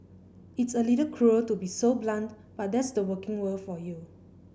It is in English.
it's a little cruel to be so blunt but that's the working world for you